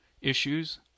issues